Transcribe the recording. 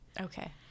okay